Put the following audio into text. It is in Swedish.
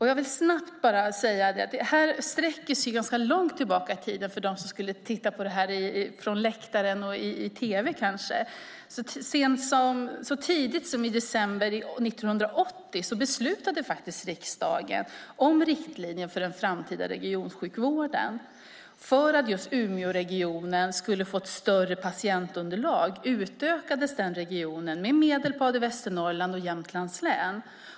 Jag vill för dem som tittar på debatten från läktaren och kanske på tv säga att det här sträcker ganska långt tillbaka i tiden. Så tidigt som i december 1980 beslutade riksdagen om riktlinjer för den framtida regionsjukvården. För att Umeåregionen skulle få ett större patientunderlag utökades den regionen med Medelpad, Västernorrland och Jämtlands län.